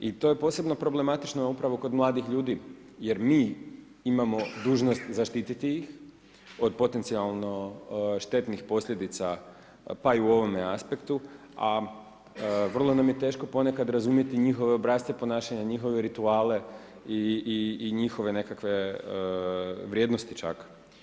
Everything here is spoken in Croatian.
I to je posebno problematično, upravo kod mladih ljudi, jer mi imamo dužnost zaštiti ih od potencijalno štetnih posljedica, pa i u ovome aspektu, a vrlo nam je teško ponekad razumjeti i njihove obrasce ponašanja, njihove ritualne i njihove nekakve vrijednosti čak.